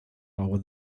over